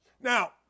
Now